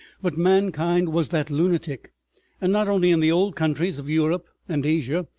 but mankind was that lunatic and not only in the old countries of europe and asia,